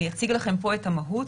אני אציג לכם פה את המהות.